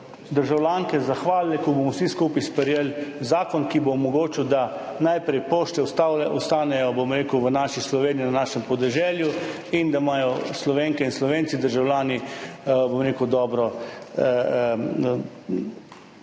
državljanke zahvalile, ko bomo vsi skupaj sprejeli zakon, ki bo omogočil, da najprej pošte ostanejo v naši Sloveniji, na našem podeželju in da bodo Slovenke in Slovenci, državljani, bom rekel,